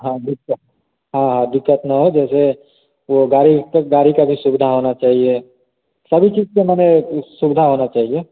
हाँ दिक्कत हाँ हाँ दिक्कत नहीं हो जैसे वह गाड़ी सब गाड़ी की भी सुविधा होना चाहिए सभी चीज़ की माने उस सुविधा होना चाहिए